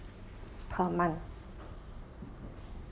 per month